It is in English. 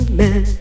man